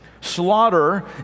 Slaughter